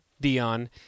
Dion